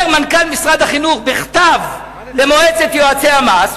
אומר מנכ"ל משרד החינוך בכתב למועצת יועצי המס,